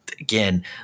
again